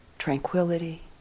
Tranquility